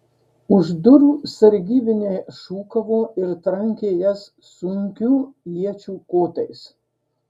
už durų sargybiniai šūkavo ir trankė jas sunkių iečių kotais